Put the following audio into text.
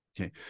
Okay